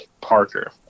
parker